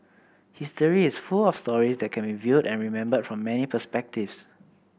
history is full of stories that can be viewed and remembered from many perspectives